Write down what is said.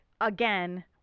again